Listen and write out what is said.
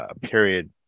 period